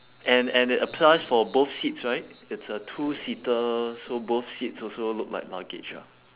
and and it applies for both seats right it's a two seater so both seats also look like luggage ah